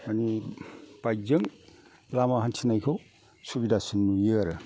आंनि बाइकजों लामा हान्थिनायखौ सुबिदासिन नुयो आरो